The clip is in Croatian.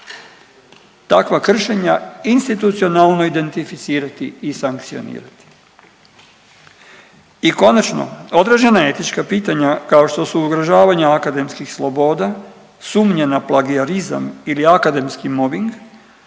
takva kršenja institucionalno identificirati i sankcionirati. I konačno, određena etička pitanja kao što su ugrožavanja akademskih sloboda, sumnje na plagijarizam ili akademski mobing